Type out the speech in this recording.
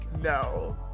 no